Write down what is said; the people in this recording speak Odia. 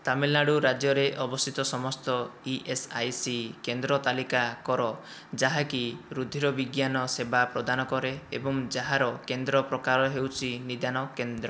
ତାମିଲନାଡ଼ୁ ରାଜ୍ୟରେ ଅବସ୍ଥିତ ସମସ୍ତ ଇ ଏସ୍ ଆଇ ସି କେନ୍ଦ୍ର ତାଲିକା କର ଯାହାକି ରୁଧିର ବିଜ୍ଞାନ ସେବା ପ୍ରଦାନ କରେ ଏବଂ ଯାହାର କେନ୍ଦ୍ର ପ୍ରକାର ହେଉଚି ନିଦାନ କେନ୍ଦ୍ର